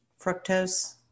fructose